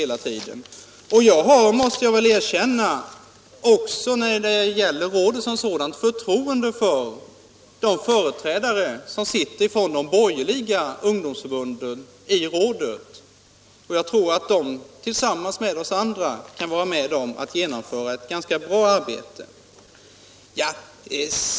Jag har, måste jag erkänna, förtroende också för företrädarna för de borgerliga ungdomsförbunden i ungdomsrådet. Jag tror att de tillsammans med oss andra kan genomföra ett bra arbete.